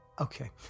Okay